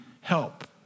help